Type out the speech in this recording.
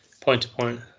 point-to-point